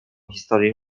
historię